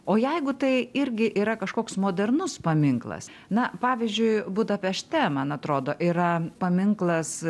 o jeigu tai irgi yra kažkoks modernus paminklas na pavyzdžiui budapešte man atrodo yra paminklas